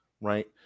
right